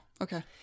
Okay